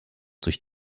durch